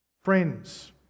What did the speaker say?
Friends